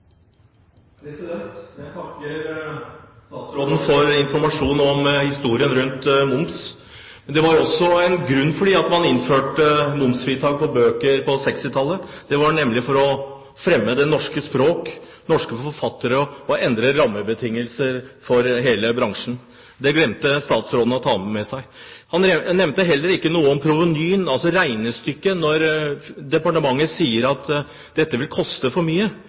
Jeg takker statsråden for informasjon om historien rundt moms, men det var jo en grunn til at man innførte momsfritak på bøker på 1960-tallet, nemlig å fremme det norske språk og norske forfattere, og endre rammebetingelser for hele bransjen. Det glemte statsråden å ta med. Han nevnte heller ikke noe om provenyet, altså regnestykket, når departementet sier at dette vil koste for mye.